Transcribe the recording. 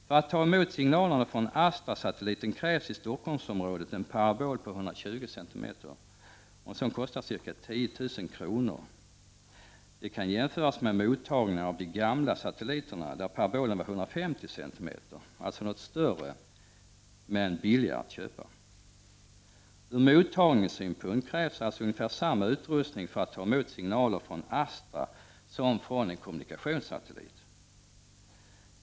För att ta emot signalerna från Astrasatelliten krävs i Stockholmsområdet en parabol på 120 cm, och en sådan kostar ca 10 000 kr. Det kan jämföras med mottagningar av de gamla satelliternas signaler, där parabolen var 150 cm — alltså något större — men billigare att köpa. Från mottagningssynpunkt krävs således ungefär samma utrustning för att ta emot signaler från Astra som från en kommunikationssatellit.